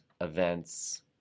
Events